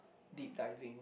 deep diving